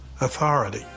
authority